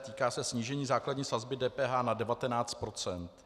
Týká se snížení základní sazby DPH na 19 procent.